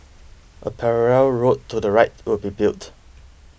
a parallel road to the right will be built